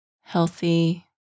healthy